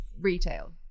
retail